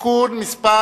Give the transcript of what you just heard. (תיקון מס'